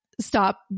stop